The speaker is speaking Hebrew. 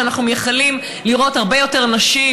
שבהן אנחנו מייחלים לראות הרבה יותר נשים